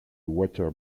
water